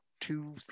two